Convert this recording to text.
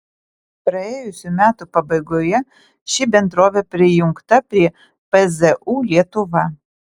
praėjusių metų pabaigoje ši bendrovė prijungta prie pzu lietuva